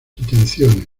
intenciones